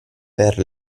per